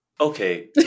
Okay